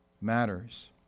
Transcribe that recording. matters